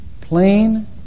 plain